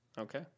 Okay